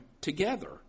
together